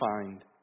find